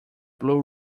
blue